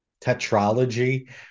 Tetralogy